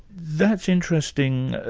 that's interesting.